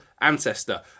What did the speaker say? ancestor